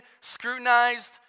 scrutinized